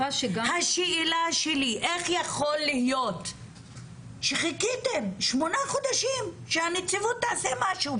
השאלה שלי איך יכול שחיכיתם שמונה חודשים שהנציבות תעשה משהו,